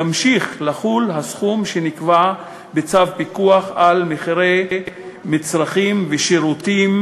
ימשיך לחול הסכום שנקבע בצו פיקוח על מחירי מצרכים ושירותים